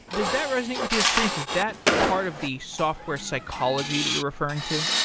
does that resonate with your experience? is that part of the software psychology that you're referring to?